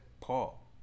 Paul